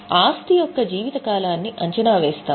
ఆస్తి యొక్క జీవిత కాలాన్ని అంచనా వేస్తాము